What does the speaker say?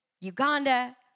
Uganda